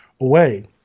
away